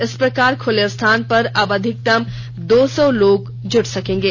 इसी प्रकार खुले स्थान पर अब अधिकतम दो सौ लोग जुट सकेंगे